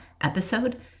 episode